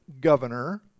governor